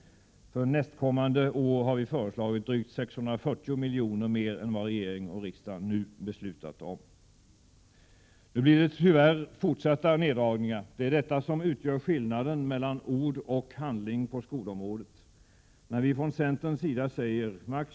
För nästkommande år har vi föreslagit drygt 640 miljoner mer än vad regering och riksdag nu beslutat om. Nu blir det tyvärr fortsatta neddragningar. Det är detta som utgör skillnaden mellan ord och handling på skolområdet. När vi från centerns sida säger: max.